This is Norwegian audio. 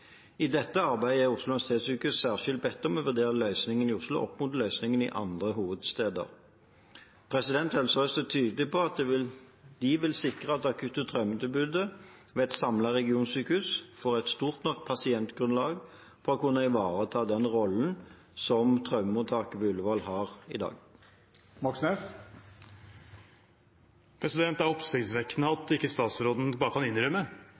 I dette arbeidet er Oslo universitetssykehus særskilt bedt om å vurdere løsningen i Oslo opp mot løsninger i andre hovedsteder. Helse Sør-Øst er tydelige på at de vil sikre at akutt- og traumetilbudet ved et samlet regionsykehus får et stort nok pasientgrunnlag for å kunne ivareta den rollen som traumemottaket ved Ullevål har i dag. Det er oppsiktsvekkende at ikke statsråden bare kan innrømme